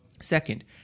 Second